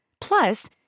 Plus